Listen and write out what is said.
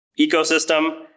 ecosystem